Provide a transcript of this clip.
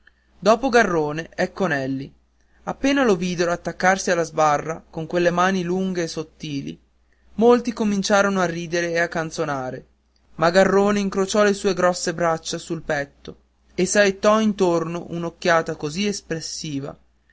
dopo garrone ecco nelli appena lo videro attaccarsi alla sbarra con quelle mani lunghe e sottili molti cominciarono a ridere e a canzonare ma garrone incrociò le sue grosse braccia sul petto e saettò intorno un'occhiata così espressiva